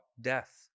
death